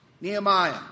Nehemiah